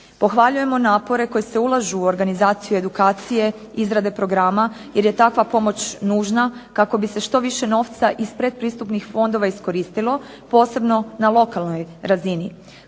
Pohvaljujemo napore koji se ulažu u organizacije edukacije, izrade programa, jer je takva pomoć nužna kako bi se što više novca iz pretpristupnih fondova iskoristilo, posebno na lokalnoj razini.